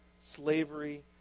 slavery